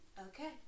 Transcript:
okay